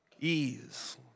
Ease